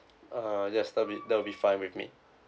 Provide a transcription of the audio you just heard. uh yes that'll be that'll be fine with me